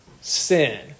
sin